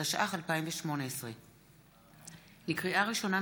התשע"ח 2018. לקריאה ראשונה,